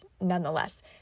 nonetheless